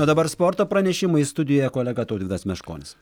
o dabar sporto pranešimai studijoje kolega tautvydas meškonis